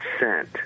sent